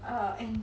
uh and